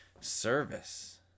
service